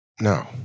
No